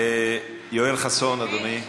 יואל חסון, אדוני,